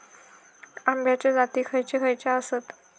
अम्याचे जाती खयचे खयचे आसत?